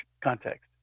context